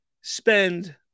spend